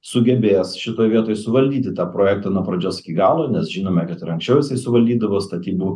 sugebės šitoj vietoj suvaldyti tą projektą nuo pradžios iki galo nes žinome kad ir anksčiau jisai suvaldydavo statybų